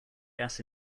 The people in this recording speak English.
gas